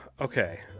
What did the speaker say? Okay